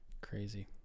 Crazy